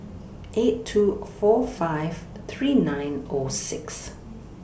eight two four five three nine O six